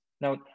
now